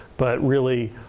but really,